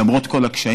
למרות כל הקשיים,